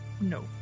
No